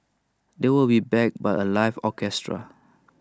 they will be backed by A live orchestra